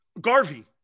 Garvey